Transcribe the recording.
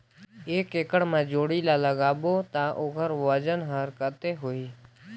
एक एकड़ मा जोणी ला लगाबो ता ओकर वजन हर कते होही?